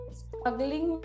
struggling